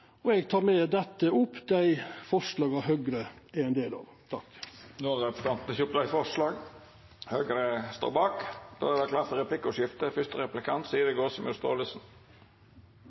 og eg tek med dette opp dei forslaga Høgre er ein del av. Representanten Ove Trellevik har teke opp dei forslaga han refererte til. Det vert replikkordskifte. En helt klar forutsetning for